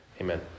Amen